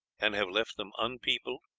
and have left them unpeopled,